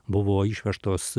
buvo išvežtos